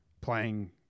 playing